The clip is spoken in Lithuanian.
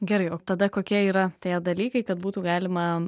gerai o tada kokie yra tie dalykai kad būtų galima